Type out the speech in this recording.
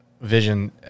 Vision